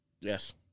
Yes